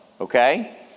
okay